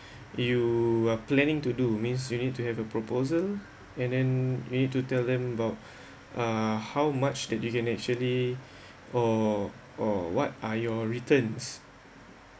you are planning to do means you need to have a proposal and then you need to tell them about uh how much that you can actually or or what are your returns